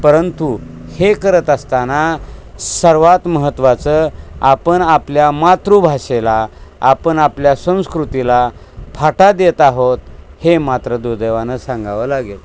परंतु हे करत असताना सर्वात महत्त्वाचं आपण आपल्या मातृभाषेला आपण आपल्या संस्कृतीला फाटा देत आहोत हे मात्र दुर्दैवानं सांगावं लागेल